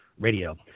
Radio